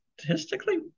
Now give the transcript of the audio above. statistically